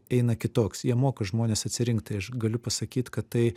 eina kitoks jie moka žmonės atsirinkt tai aš galiu pasakyt kad tai